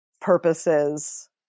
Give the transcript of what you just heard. purposes